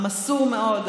המסור מאוד,